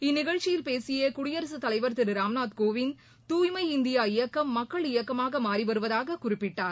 இந்நிகழ்ச்சியில் பேசிய குடியரசுத் தலைவர் திரு ராம்நாத்கோவிந்த் தூய்மை இந்தியா இயக்கம் மக்கள் இயக்கமாக மாறிவருவதாக குறிப்பிட்டார்